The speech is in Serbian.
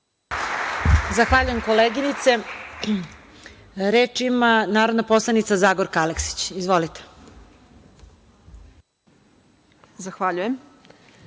Zahvaljujem, koleginice. Reč ima narodna poslanica Zagorka Aleksić. Izvolite. **Zagorka